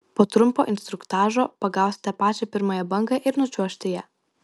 po trumpo instruktažo pagausite pačią pirmąją bangą ir nučiuošite ja